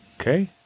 Okay